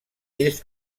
ells